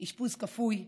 אשפוז כפוי,